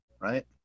right